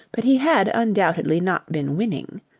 but he had undoubtedly not been winning.